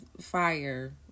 fire